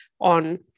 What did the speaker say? on